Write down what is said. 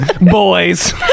boys